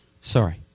Sorry